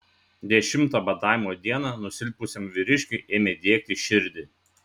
dešimtą badavimo dieną nusilpusiam vyriškiui ėmė diegti širdį